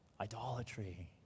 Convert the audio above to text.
idolatry